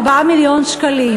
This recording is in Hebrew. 4 מיליון שקלים,